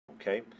okay